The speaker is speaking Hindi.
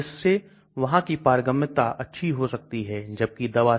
इसलिए हमने यहां घुलनशीलता को लगभग 10 गुना बढ़ा दिया है